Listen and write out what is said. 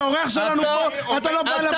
אתה אורח שלנו פה, אתה לא בעל הבית פה.